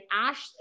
Ashley